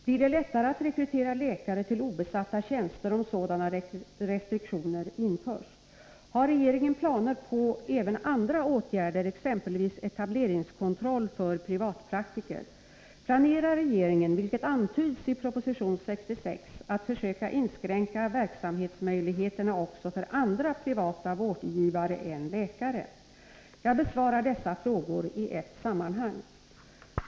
Blir det lättare att rekrytera läkare till obesatta tjänster om sådana restriktioner införs? Har regeringen planer på även andra åtgärder, exempelvis etableringskontroll för privatpraktiker? Planerar regeringen, vilket antyds i proposition 66, att försöka inskränka verksamhetsmöjligheterna också för andra privata vårdgivare än läkare? Jag besvarar dessa frågor i ett sammanhang.